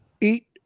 Eat